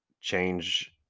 change